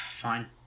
Fine